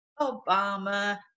Obama